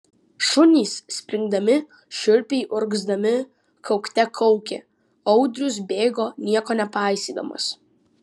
šunys springdami šiurpiai urgzdami kaukte kaukė audrius bėgo nieko nepaisydamas